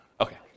Okay